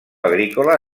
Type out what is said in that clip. agrícola